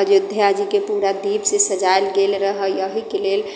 अयोध्याजीके पूरा दीपसँ सजायल गेल रहै एहिके लेल